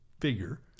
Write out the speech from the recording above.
figure